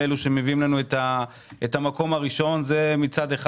לאלה שמביאים לנו את המקום הראשון זה מצד אחד.